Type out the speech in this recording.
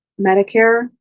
medicare